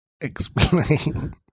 explain